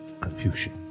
confusion